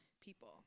people